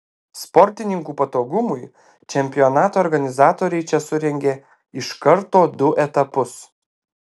sportininkų patogumui čempionato organizatoriai čia surengė iš karto du etapus